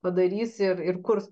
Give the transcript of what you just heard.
padarys ir ir kurs